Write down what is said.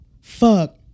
fuck